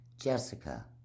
Jessica